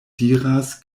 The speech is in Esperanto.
diras